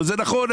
זה נכון,